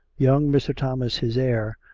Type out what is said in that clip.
young mr. thomas, his heir,